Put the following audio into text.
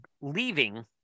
leaving